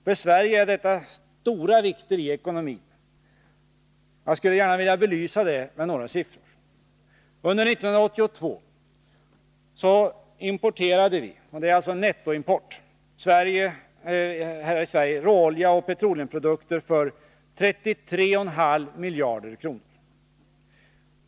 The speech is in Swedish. För Sverige är detta stora vikter i ekonomin. Jag skulle gärna vilja belysa det med några siffror. Under 1982 importerade vi här i Sverige, nettoimport, råolja och petroleumprodukter för 33,5 miljarder kronor.